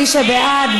מי שבעד,